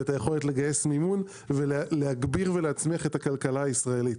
ויכולת לגייס מימון ולהגביר ולהצמיח את הכלכלה הישראלית.